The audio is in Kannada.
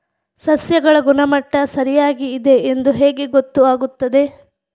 ಸಸ್ಯಗಳ ಗುಣಮಟ್ಟ ಸರಿಯಾಗಿ ಇದೆ ಎಂದು ಹೇಗೆ ಗೊತ್ತು ಆಗುತ್ತದೆ?